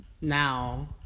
now